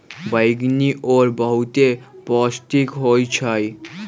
बइगनि ओल बहुते पौष्टिक होइ छइ